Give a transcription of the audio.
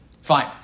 Fine